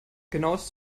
genaues